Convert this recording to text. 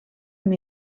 amb